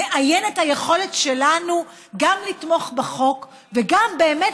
זה מאיין את היכולת שלנו גם לתמוך בחוק וגם באמת